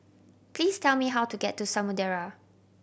please tell me how to get to Samudera